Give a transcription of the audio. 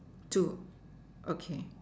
two okay